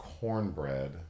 Cornbread